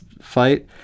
fight